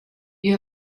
you